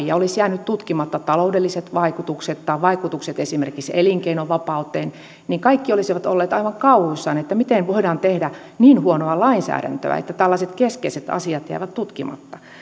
ja olisivat jääneet tutkimatta taloudelliset vaikutukset tai vaikutukset esimerkiksi elinkeinovapauteen niin kaikki olisivat olleet aivan kauhuissaan että miten voidaan tehdä niin huonoa lainsäädäntöä että tällaiset keskeiset asiat jäävät tutkimatta